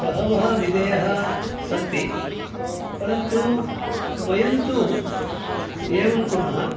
बहवः विधयः सन्ति परन्तु वयन्तु एवं कुर्मः